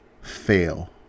Fail